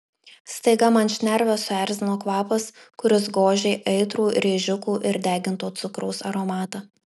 staiga man šnerves suerzino kvapas kuris gožė aitrų rėžiukų ir deginto cukraus aromatą